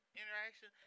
interaction